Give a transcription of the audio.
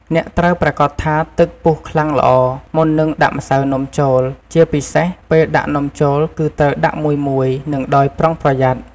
អ្នកត្រូវប្រាកដថាទឹកពុះខ្លាំងល្អ មុននឹងដាក់ម្សៅនំចូល ជាពិសេស ពេលដាក់នំចូល គឺត្រូវដាក់មួយៗ និងដោយប្រុងប្រយ័ត្ន។